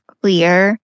clear